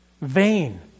vain